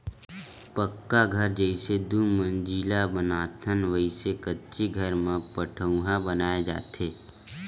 पक्का घर जइसे दू मजिला बनाथन वइसने कच्ची घर म पठउहाँ बनाय जाथे